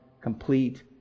complete